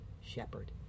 shepherd